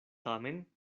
tamen